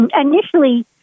initially